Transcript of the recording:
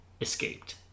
escaped